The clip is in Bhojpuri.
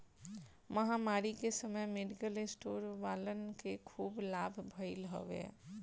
महामारी के समय मेडिकल स्टोर वालन के खूब लाभ भईल हवे